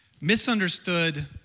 misunderstood